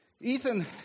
Ethan